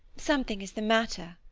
something is the matter.